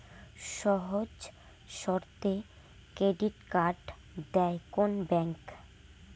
সহজ শর্তে credit card দেয় কোন ব্যাংক?